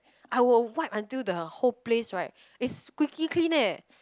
I would wipe until the whole place right is squeaky clean leh